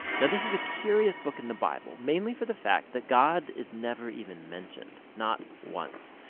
now this is a curious book in the bible mainly for the fact that god is never even mentioned, not once,